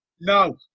no